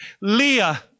Leah